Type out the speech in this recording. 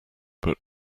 but